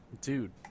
dude